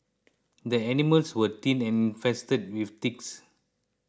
the animals were thin and infested with ticks